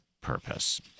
purpose